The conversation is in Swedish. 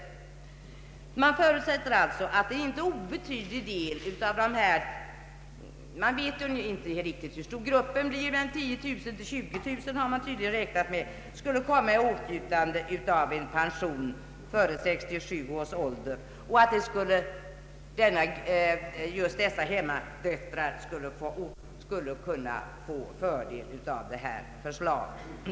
Man vet inte hur stor denna grupp blir, men man har tydligen räknat med att 10 000—20 000 skulle komma i åtnjutande av pension före 67 års ålder och att just dessa hemmadöttrar skulle kunna få fördel av det framlagda förslaget.